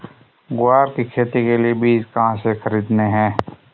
ग्वार की खेती के लिए बीज कहाँ से खरीदने हैं?